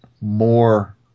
more